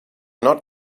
not